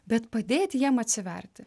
bet padėti jam atsiverti